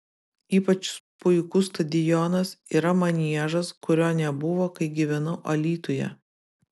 ypač puikus stadionas yra maniežas kurio nebuvo kai gyvenau alytuje